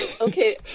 Okay